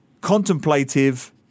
contemplative